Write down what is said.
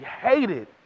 hated